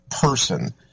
person